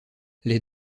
les